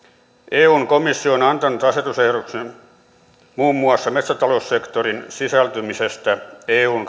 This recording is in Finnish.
eun komissio on antanut asetusehdotuksen muun muassa metsätaloussektorin sisältymisestä eun